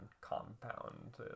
compound